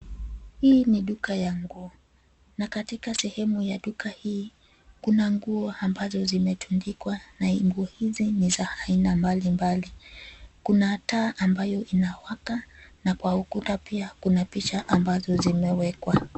Hii ni duka ya nguo na katika sehemu ya duka hii, kuna nguo ambazo zimetundikwa na nguo hizi ni za aina mbalimbali. Kuna taa ambayo inawaka na kwa ukuta pia kuna picha ambazo zimewekwa.